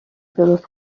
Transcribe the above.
درست